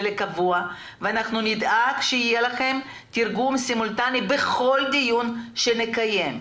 כמשהו קבוע ואנחנו נדאג שיהיה לכם תרגום סימולטני בכל דיון שנקיים.